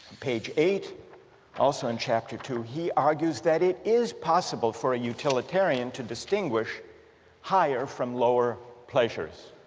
page eight also in chapter two, he argues that it is possible for a utilitarian to distinguish higher from lower pleasures.